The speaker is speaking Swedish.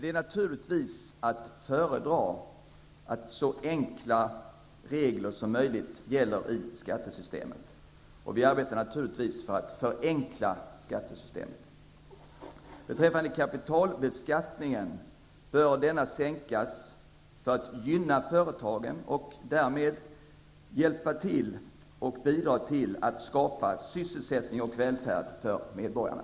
Det är naturligtvis att föredra att så enkla regler som möjligt gäller i skattesystemet, och vi arbetar givetvis för att förenkla skattesystemet. Beträffande kapitalbeskattningen bör denna sänkas för att gynna företagen och därmed hjälpa till att bidra till att skapa sysselsättning och välfärd för medborgarna.